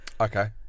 Okay